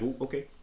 okay